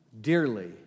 Dearly